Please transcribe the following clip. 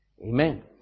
Amen